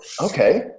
okay